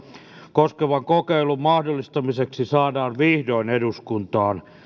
koskevan kokeilun mahdollistamiseksi saadaan vihdoin eduskuntaan